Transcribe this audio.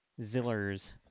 Zillers